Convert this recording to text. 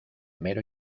mero